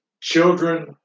Children